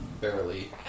barely